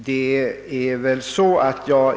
Herr talman!